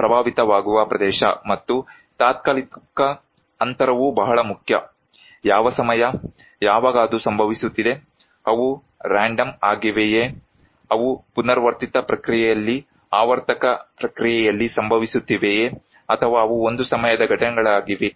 ಪ್ರಭಾವಿತವಾಗುವ ಪ್ರದೇಶ ಮತ್ತು ತಾತ್ಕಾಲಿಕ ಅಂತರವೂ ಬಹಳ ಮುಖ್ಯ ಯಾವ ಸಮಯ ಯಾವಾಗ ಅದು ಸಂಭವಿಸುತ್ತಿದೆ ಅವು ರೈನ್ಡಂ ಆಗಿವೆಯೇ ಅವು ಪುನರಾವರ್ತಿತ ಪ್ರಕ್ರಿಯೆಯಲ್ಲಿ ಆವರ್ತಕ ಪ್ರಕ್ರಿಯೆಯಲ್ಲಿ ಸಂಭವಿಸುತ್ತಿವೆಯೇ ಅಥವಾ ಅವು ಒಂದು ಸಮಯದ ಘಟನೆಗಳಾಗಿವೆ